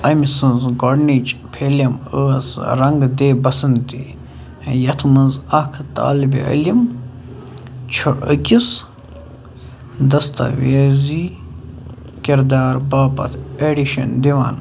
أمۍ سٕنٛزٕ گۄڈٕنِچ فلِم ٲس رنٛگ دے بسنتی یَتھ منٛز اکھ طالبہِ علِم چھُ أکِس دَستاویزی کِردار باپتھ اٮ۪ڈِشن دِوان